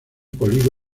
polígono